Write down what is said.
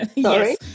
Sorry